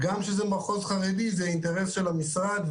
וגם כשזה מחוז חרדי זה אינטרס של המשרד,